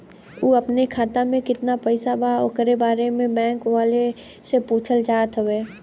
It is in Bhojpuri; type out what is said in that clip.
उ अपने खाते में कितना पैसा बा ओकरा बारे में बैंक वालें से पुछल चाहत हवे?